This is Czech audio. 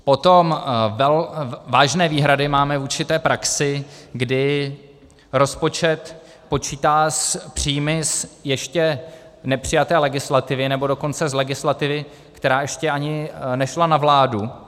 Potom vážné výhrady máme vůči té praxi, kdy rozpočet počítá s příjmy z ještě nepřijaté legislativy, nebo dokonce z legislativy, která ještě ani nešla na vládu.